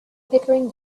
pickering